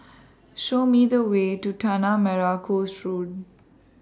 Show Me The Way to Tanah Merah Coast Road